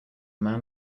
man